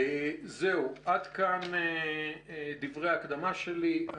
עד כאן דברי ההקדמה שלי.